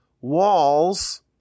walls